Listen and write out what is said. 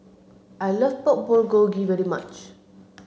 I like Pork Bulgogi very much